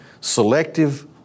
selective